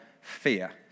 fear